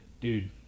Dude